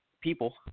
people